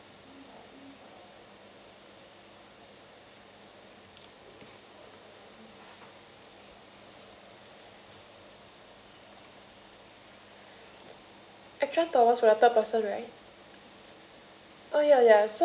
extra top up related person right